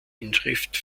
inschrift